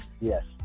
yes